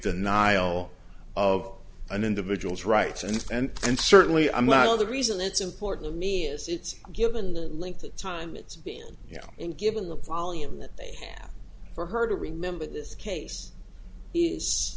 denial of an individual's rights and and and certainly i'm not all the reason that's important to me is it's given the length of time it's being you know and given the volume that they have for her to remember this case